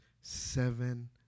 seven